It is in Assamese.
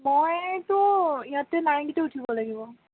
মইতো ইয়াতে নাৰেঙ্গীতে উঠিব লাগিব